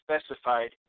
specified